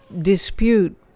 dispute